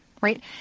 right